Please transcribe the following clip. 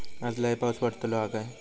आज लय पाऊस पडतलो हा काय?